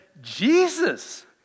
Jesus